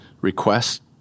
request